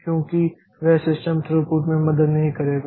क्योंकि वह system throughput में मदद नहीं करेगा